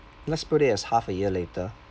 let's put it as half a year later